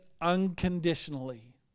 unconditionally